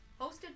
hosted